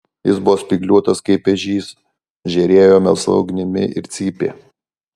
jis buvo spygliuotas kaip ežys žėrėjo melsva ugnimi ir cypė